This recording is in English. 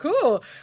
cool